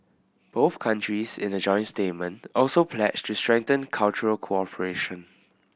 both countries in a joint statement also pledged to strengthen cultural cooperation